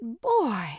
boy